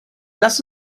lasst